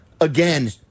again